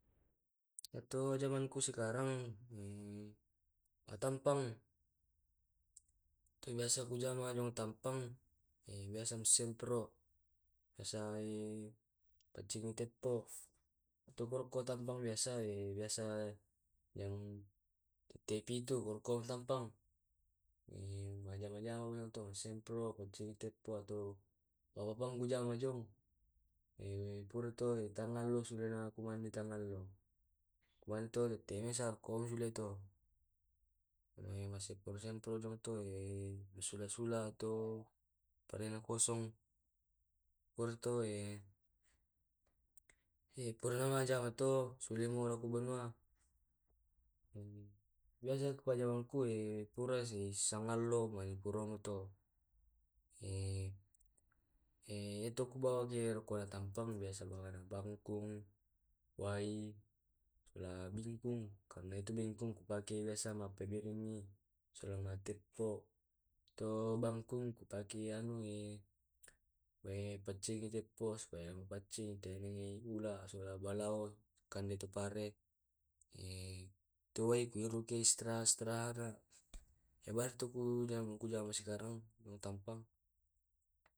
Ya Tu jamangku sekarang, atampeng, tu biasa kujama atampeng, biasa kusempro biasa e pacini teppo. Iyato katampang biasa, biasa te pitu ko ku katompang majama-jamani tu ku sempro, paccingi teppo atau bawa bang kujama jong. Pura to tangalo kumane tangalo kumane to tette mesa ku moni sula to. Masempro sempro jong to eh sula sula to talena kosong, purato eh. Purana majama to sule mako banua. Biasa pajamangku to e purasi sangallo, pura meto. ya tu ku bawaki roko na tampang eh biasa bawana bangkung, wai, sula bingkung, karena itu bingkung kupakai biasa, mapeberini sula matteppo. To bangkung kupakei anu paccingi teppo supaya mapaccing tena di ula sibawa balawo kande tu pare. tu wae kuiruki ko istirahat-istirahat ka. Iya bang tu ku jama sekarang mantampang.